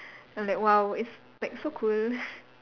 I'm like !wow! it's like so cool